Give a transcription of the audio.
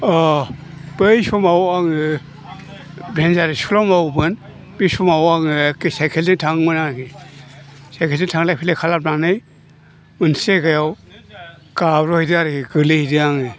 बै समाव आङो भेनसार स्कुलाव आं मावोमोन बे समाव आङो एखे सायखेलजों थाङोमोन आरोखि सायखेलजों थांलाय फैलाय खालामनानै मोनसे जायगायाव गाब्र'हैदों आरोखि गोलैदों आङो